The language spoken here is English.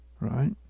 right